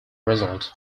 result